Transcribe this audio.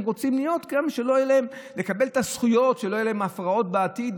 הם רוצים להתגייר בשביל לקבל זכויות וכדי שלא יהיו להם הפרעות בעתיד.